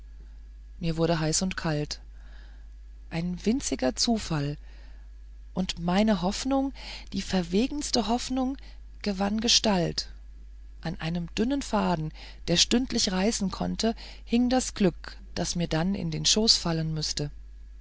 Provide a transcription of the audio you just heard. mir wurde heiß und kalt ein winziger zufall und meine hoffnung die verwegenste hoffnung gewann gestalt an einem dünnen faden der stündlich reißen konnte hing das glück das mir dann in den schoß fallen müßte